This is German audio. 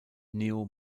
neo